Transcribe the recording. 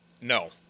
no